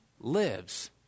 lives